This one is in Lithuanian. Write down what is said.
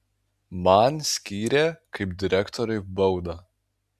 man skyrė kaip direktoriui baudą